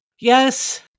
Yes